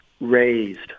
raised